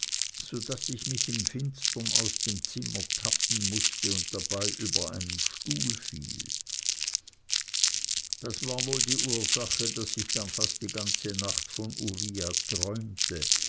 so daß ich mich im finstern aus dem zimmer tappen mußte und dabei über einen stuhl fiel das war wohl die ursache daß ich dann fast die ganze nacht von uriah träumte